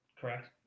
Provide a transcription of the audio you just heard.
correct